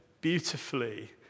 beautifully